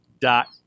Dot